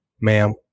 Ma'am